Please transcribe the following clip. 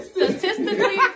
Statistically